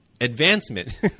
advancement